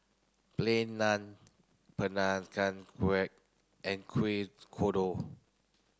Plain Naan Peranakan Kueh and Kuih Kodok